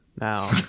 Now